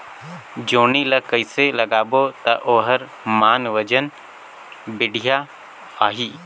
जोणी ला कइसे लगाबो ता ओहार मान वजन बेडिया आही?